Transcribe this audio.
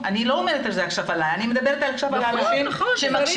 אני לא מדברת עכשיו עלי אלא על האלפים שמקשיבים